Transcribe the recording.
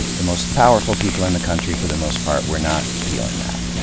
the most powerful people in the country, for the most part, were not feeling that.